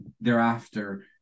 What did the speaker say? thereafter